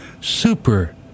Super